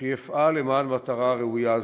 וכי אפעל למען מטרה ראויה זו.